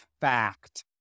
fact